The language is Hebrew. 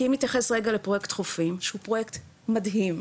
כי אם נתייחס רגע לפרויקט "חופים" שהוא פרויקט מדהים,